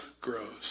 grows